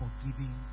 forgiving